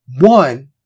one